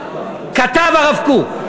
כתב הרב קוק,